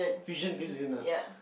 fusion cuisine ah